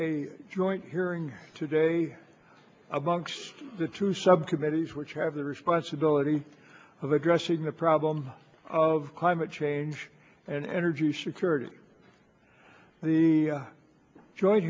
a joint hearing today amongst the two subcommittees which have the responsibility of addressing the problem of climate change and energy security the join